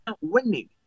winning